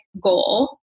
goal